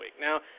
Now